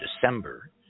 December